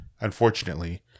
unfortunately